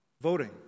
Voting